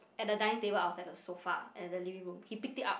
at the dining table outside the sofa at the living room he picked it up